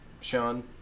Sean